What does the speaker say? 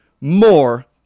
more